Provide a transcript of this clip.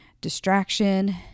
distraction